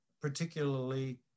particularly